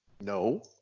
No